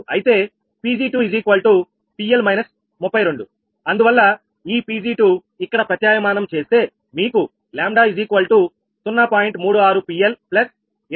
అయితే 𝑃𝑔2𝑃L−32 అందువల్ల ఈ Pg2 ఇక్కడ ప్రత్యామ్నాయం చేస్తే మీకు 𝜆0